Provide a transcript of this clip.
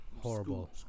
horrible